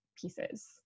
pieces